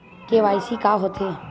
KYC का होथे?